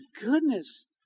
goodness